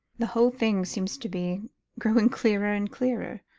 the whole thing seems to be growing clearer and clearer,